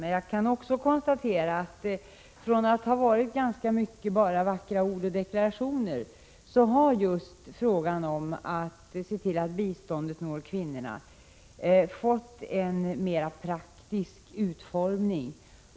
Men jag kan också konstatera att politiken på det området under dessa tio år, från att ha varit mest vackra ord och deklarationer, nu har fått en mer praktisk utformning.